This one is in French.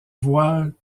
voile